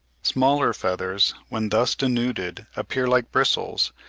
smaller feathers when thus denuded appear like bristles,